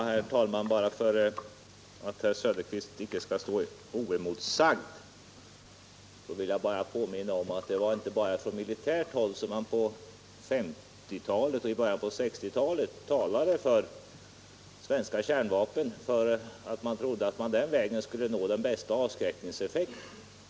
Herr talman! För att herr Söderqvists uttalanden icke skall stå o emotsagda i protokollet vill jag påminna om att det inte bara var från militärt håll som man på 1950 och 1960-talen förordade svenska kärnvapen på grund av att man då trodde att man den vägen skulle kunna nå den bästa avskräckningseffekten.